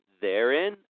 therein